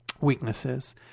weaknesses